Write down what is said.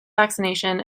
vaccination